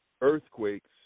earthquakes